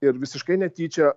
ir visiškai netyčia